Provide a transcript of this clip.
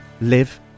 live